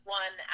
one